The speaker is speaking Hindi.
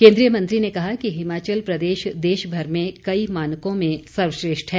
केन्द्रीय मंत्री ने कहा कि हिमाचल प्रदेश देशभर में कई मानकों में सर्वश्रेष्ठ है